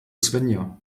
svenja